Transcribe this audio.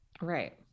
Right